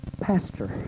pastor